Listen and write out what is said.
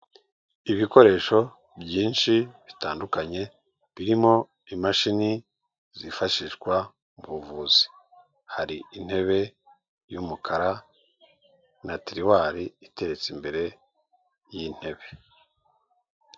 Ibikoresho byinshi bitandukanye birimo imashini zifashishwa mu buvuzi, hari intebe y'umukara na tiruwari itetse imbere y'intebe.